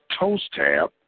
ToastTab